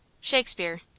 Shakespeare